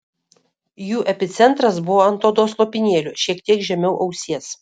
jų epicentras buvo ant odos lopinėlio šiek tiek žemiau ausies